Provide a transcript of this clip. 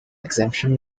exemption